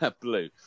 blue